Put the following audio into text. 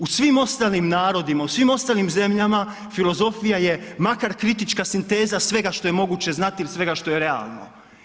U svim ostalim narodima, u svim ostalim zemljama filozofija je makar kritička sinteza svega što je moguće znati il svega što je realno.